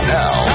now